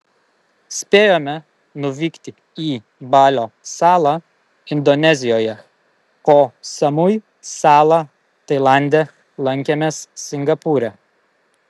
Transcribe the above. spėjome nuvykti į balio salą indonezijoje koh samui salą tailande lankėmės singapūre